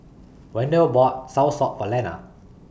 Wendell bought Soursop For Lenna